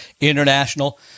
international